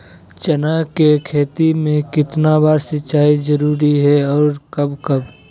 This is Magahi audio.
चना के खेत में कितना बार सिंचाई जरुरी है और कब कब?